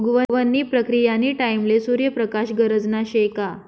उगवण नी प्रक्रीयानी टाईमले सूर्य प्रकाश गरजना शे का